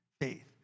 faith